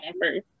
first